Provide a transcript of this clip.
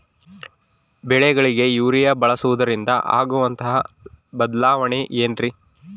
ಬೆಳೆಗಳಿಗೆ ಯೂರಿಯಾ ಬಳಸುವುದರಿಂದ ಆಗುವಂತಹ ಬದಲಾವಣೆ ಏನ್ರಿ?